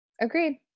Agreed